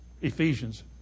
Ephesians